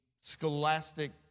scholastic